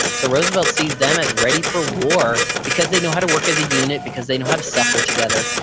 so roosevelt sees them as ready for war, because they know how to work as a unit, because they know how to suffer together,